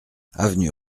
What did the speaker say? avenue